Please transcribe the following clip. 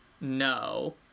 no